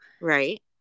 Right